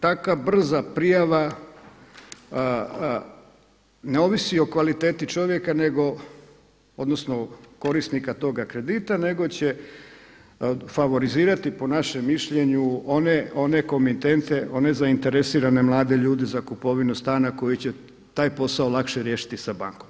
Takva brza prijava ne ovisi o kvaliteti čovjeka nego, odnosno korisnika toga kredita, nego će favorizirati po našem mišljenju one komitente, one zainteresirane mlade ljude zainteresirane za kupovinu stana koji će taj posao lakše riješiti sa bankom.